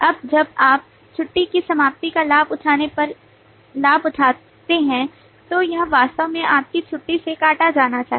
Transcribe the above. अब जब आप छुट्टी की समाप्ति का लाभ उठाने पर लाभ उठाते हैं तो यह वास्तव में आपकी छुट्टी से काटा जाना चाहिए